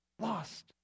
lost